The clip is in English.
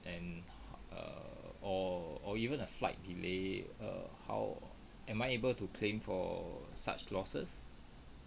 and err or or even a flight delay err how am I able to claim for such losses